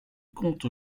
compte